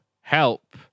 Help